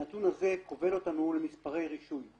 הנתון הזה כובל אותנו למספרי רישוי,